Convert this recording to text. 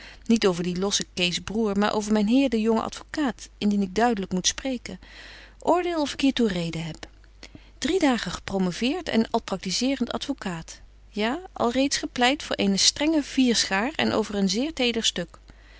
niet over dien lossen kees broêr maar over myn heer den jongen advocaat indien ik duidelyk moet spreken oordeel of ik hier toe reden heb drie dagen gepromoveert en al practiseerent advocaat ja alreeds gepleit voor eene strenge vierschaar en over een zeer teder stuk